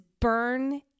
burn